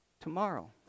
Tomorrow